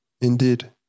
Indeed